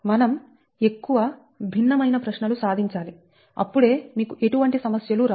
మనం ఎక్కువ భిన్నమైన ప్రశ్నలు సాధించాలి అప్పుడు మీకు ఎటువంటి సమస్యలు రావు